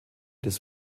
des